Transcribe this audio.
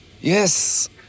Yes